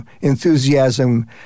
enthusiasm